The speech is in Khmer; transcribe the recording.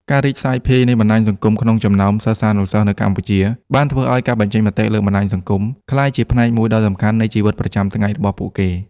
ការរីកសាយភាយនៃបណ្ដាញសង្គមក្នុងចំណោមសិស្សានុសិស្សនៅកម្ពុជា បានធ្វើឲ្យ ការបញ្ចេញមតិលើបណ្ដាញសង្គម ក្លាយជាផ្នែកមួយដ៏សំខាន់នៃជីវិតប្រចាំថ្ងៃរបស់ពួកគេ។